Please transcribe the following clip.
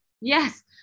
Yes